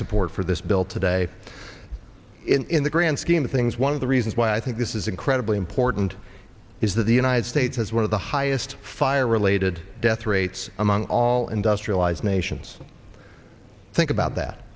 support for this bill today in the grand scheme of things one of the reasons why i think this is incredibly important is that the united states has one of the highest fire related death rates among all industrialized nations think about that